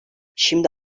şimdi